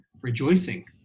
rejoicing